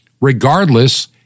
regardless